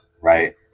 right